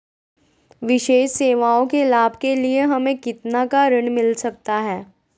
विशेष सेवाओं के लाभ के लिए हमें कितना का ऋण मिलता सकता है?